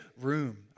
room